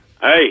Hey